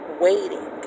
waiting